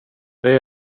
det